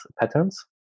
patterns